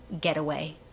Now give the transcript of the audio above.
getaway